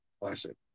classic